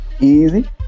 Easy